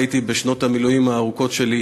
בשנות המילואים הארוכות שלי,